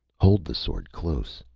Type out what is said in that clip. hold the sword close,